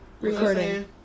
recording